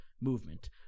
movement